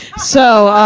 so, ah,